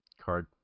card